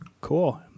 Cool